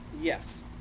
Yes